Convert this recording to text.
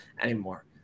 anymore